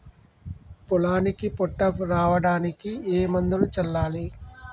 పొలానికి పొట్ట రావడానికి ఏ మందును చల్లాలి?